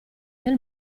del